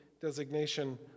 designation